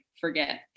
forget